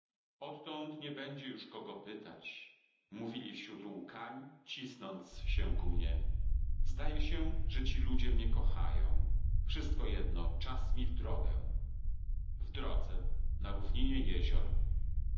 odtąd nie będzie już kogo pytać mówili wśród łkań cisnąc się ku mnie zdaje się że ci ludzie mnie kochają wszystko jedno czas mi w drogę z